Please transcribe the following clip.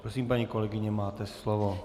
Prosím, paní kolegyně, máte slovo.